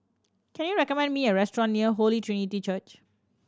can you recommend me a restaurant near Holy Trinity Church